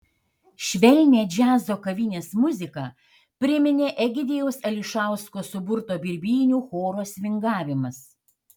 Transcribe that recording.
švelnią džiazo kavinės muziką priminė egidijaus ališausko suburto birbynių choro svingavimas